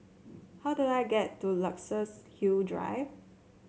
how do I get to Luxus Hill Drive